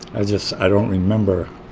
i just, i don't remember.